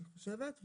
אני חושבת.